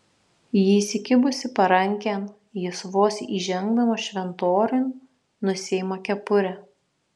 ji įsikibusi parankėn jis vos įžengdamas šventoriun nusiima kepurę